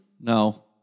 No